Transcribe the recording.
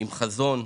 חזון.